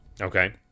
Okay